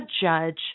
judge